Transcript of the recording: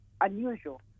unusual